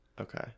Okay